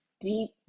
deep